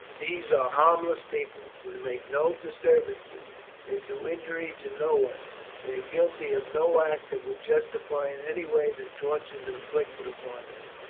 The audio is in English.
these are harmless people. they make no disturbances they do injury to no one they are guilty of no act that would justify in any way the tortures inflicted upon them.